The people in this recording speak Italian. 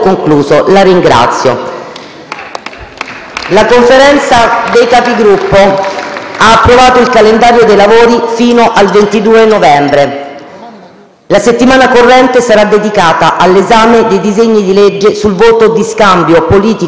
La Conferenza dei Capigruppo ha approvato il calendario dei lavori fino al 22 novembre. La settimana corrente sarà dedicata all'esame dei disegni di legge sul voto di scambio politico-mafioso e sulla legittima difesa.